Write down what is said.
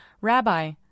Rabbi